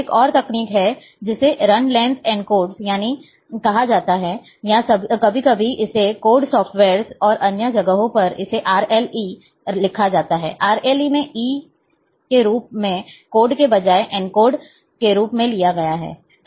एक और तकनीक है जिसे रन लेंथ इनकोड्स कहा जाता है या कभी कभी इसे कई सॉफ्टवेयर्स और अन्य जगहों पर इसे RLE लिखा जाता है RLE मैं E के रूप में कोड के बजाय एन्कोड के रूप में लिया गया है